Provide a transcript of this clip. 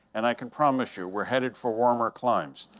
and i can promise you, we're headed for warmer climes!